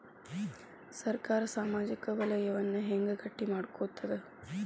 ಸರ್ಕಾರಾ ಸಾಮಾಜಿಕ ವಲಯನ್ನ ಹೆಂಗ್ ಗಟ್ಟಿ ಮಾಡ್ಕೋತದ?